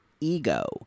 ego